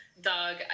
Dog